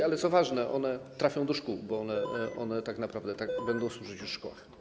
Ale, co ważne, one trafią do szkół, bo tak naprawdę będą służyć już w szkołach.